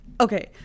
okay